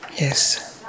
Yes